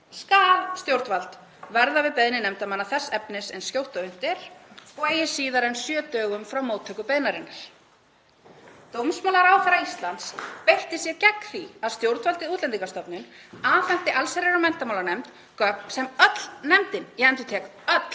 skal stjórnvald verða við beiðni nefndarmanna þess efnis eins skjótt og unnt er og eigi síðar en sjö dögum frá móttöku beiðninnar.“ Dómsmálaráðherra Íslands beitti sér gegn því að stjórnvaldið Útlendingastofnun afhenti allsherjar- og menntamálanefnd gögn sem öll nefndin krafðist að